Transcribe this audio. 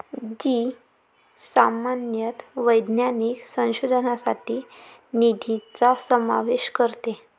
जी सामान्यतः वैज्ञानिक संशोधनासाठी निधीचा समावेश करते